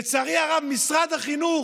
לצערי הרב משרד החינוך,